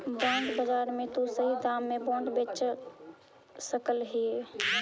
bond बाजार में तु सही दाम में बॉन्ड बेच सकऽ हे